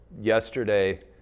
yesterday